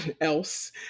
else